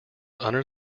under